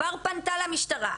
כבר פנתה למשטרה,